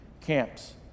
camps